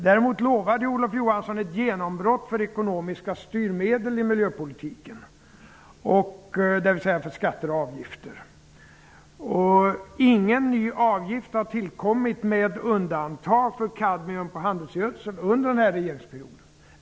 Däremot lovade Olof Johansson ett genombrott för ekonomiska styrmedel i miljöpolitiken, dvs. för skatter och avgifter. Ingen ny avgift har tillkommit under den här perioden, med undantag för på kadmium och på handelsgödsel.